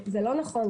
זה לא נכון,